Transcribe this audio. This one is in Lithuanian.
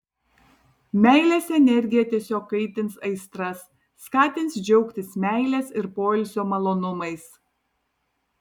meilės energija tiesiog kaitins aistras skatins džiaugtis meilės ir poilsio malonumais